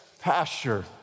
Pasture